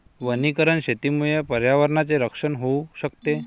वनीकरण शेतीमुळे पर्यावरणाचे रक्षण होऊ शकते